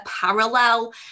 parallel